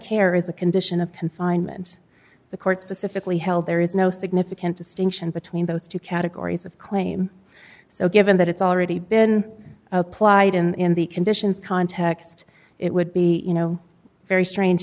care is a condition of confinement the court specifically held there is no significant distinction between those two categories of claim so given that it's already been applied in the conditions context it would be you know very strange